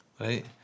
Right